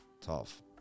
Tough